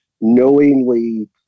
knowingly